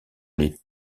les